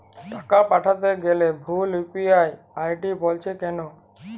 টাকা পাঠাতে গেলে ভুল ইউ.পি.আই আই.ডি বলছে কেনো?